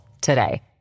today